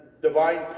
divine